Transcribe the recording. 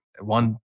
one